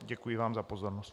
Děkuji vám za pozornost.